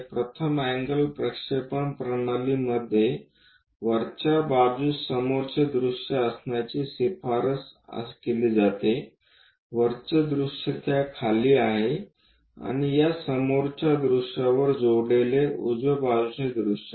प्रथम अँगल प्रक्षेपण प्रणालीमध्ये वरच्या बाजूस समोरचे दृष्य असण्याची शिफारस केली जाते वरचे दृश्य त्या खाली आहे आणि या समोरच्या दृश्यावर जोडलेले उजवे बाजूचे दृश्य आहे